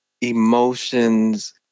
emotions